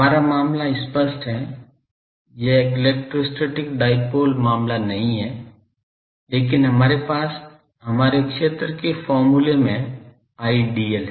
हमारा मामला स्पष्ट है यह इलेक्ट्रोस्टैटिक डाइपोल मामला नहीं है लेकिन हमारे पास हमारे क्षेत्र के फॉर्मूले में Idl है